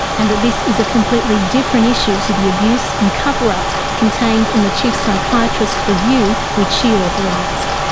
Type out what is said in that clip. and that this is a completely different issue to the abuse and cover-ups contained in the chief psychiatrist's review which she authorised.